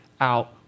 out